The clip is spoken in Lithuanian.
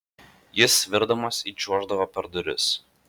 jis svirdamas įčiuoždavo per duris